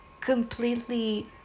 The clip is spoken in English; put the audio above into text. completely